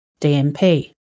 DMP